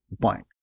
point